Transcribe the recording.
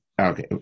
Okay